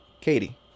katie